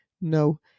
No